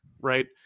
right